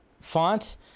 font